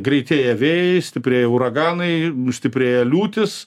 greitėja vėjai stiprėja uraganai stiprėja liūtys